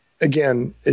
Again